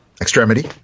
Extremity